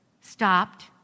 stopped